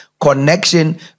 connection